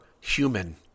human